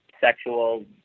sexual